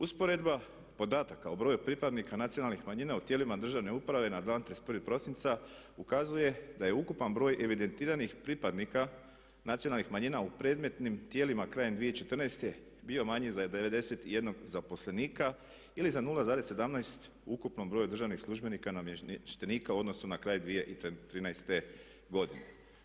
Usporedba podataka o broju pripadnika nacionalnih manjina u tijelima državne uprave na dan 31. prosinca ukazuje da je ukupan broj evidentiranih pripadnika nacionalnih manjina u predmetnim tijelima krajem 2014. bio manji za 91 zaposlenika ili za 0,17 u ukupnom broju državnih službenika, namještenika u odnosu na kraj 2013. godine.